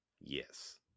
Yes